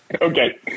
Okay